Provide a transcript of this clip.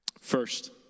First